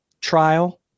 trial